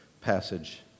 passage